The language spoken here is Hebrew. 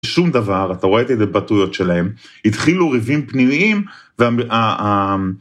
שום דבר אתה רואה את ההתבטאויות שלהם התחילו ריבים פנימיים